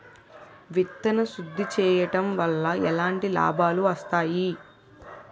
విత్తన శుద్ధి చేయడం వల్ల ఎలాంటి లాభాలు వస్తాయి?